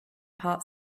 part